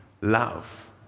love